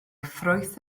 ffrwyth